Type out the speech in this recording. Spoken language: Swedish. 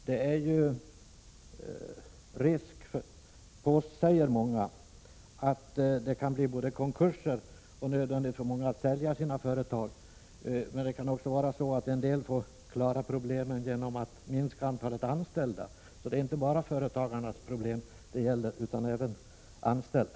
Det är risk, säger många, att det kan bli både konkurser och nödvändigt för många att sälja sina företag. En del företag kan också bli tvungna att klara problemen genom att minska antalet anställda. Det är alltså inte bara företagarna som får problem utan även de anställda.